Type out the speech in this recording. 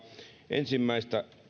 ensimmäistä